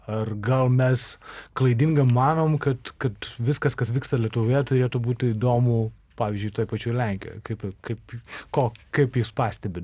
ar gal mes klaidingai manom kad kad viskas kas vyksta lietuvoje turėtų būti įdomu pavyzdžiui toj pačioj lenkijoj kaip kaip ko kaip jūs pastebit